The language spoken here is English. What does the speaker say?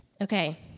Okay